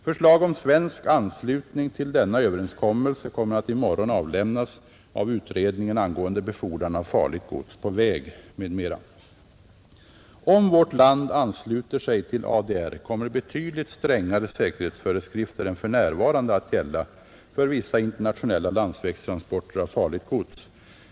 Förslag om svensk anslutning till denna överenskommelse kommer att i morgon avlämnas av utredningen angående befordran av farligt gods på väg m.m. Om vårt land ansluter sig till ADR kommer betydligt strängare säkerhetsföreskrifter än för närvarande att gälla för vissa internationella landsvägstransporter av farligt gods.